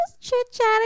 chit-chatting